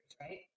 right